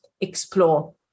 explore